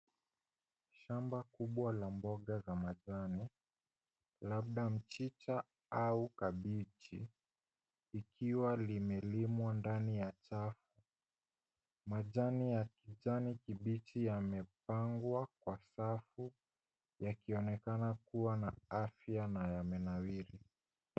Shamba kubwa la mboga za majani labda mchicha au kabichi likiwa limelimwa ndani ya chafu. Majani ya kijani kibichi yamepangwa kwa safu yakionekana kuwa na afya na yamenawiri.